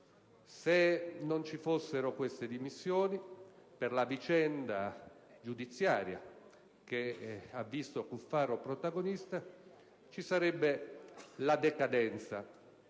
Se non ci fossero queste dimissioni, per la vicenda giudiziaria che ha visto Cuffaro protagonista, ci sarebbe la decadenza